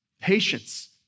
Patience